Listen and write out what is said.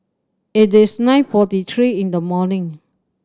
it is nine forty three in the morning